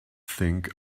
think